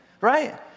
right